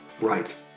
right